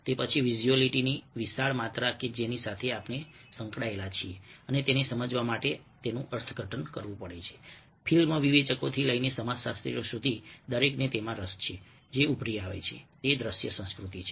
તે પછી વિઝ્યુઆલિટીની વિશાળ માત્રા કે જેની સાથે આપણે સંકળાયેલા છીએ અને તેને સમજવા માટે અર્થઘટન કરવું પડે છે ફિલ્મ વિવેચકોથી લઈને સમાજશાસ્ત્રીઓ સુધી દરેકને તેમાં રસ પડે છે જે ઉભરી આવે છે તે દ્રશ્ય સંસ્કૃતિ છે